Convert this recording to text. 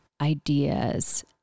ideas